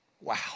Wow